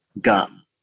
gum